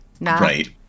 Right